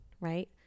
right